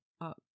up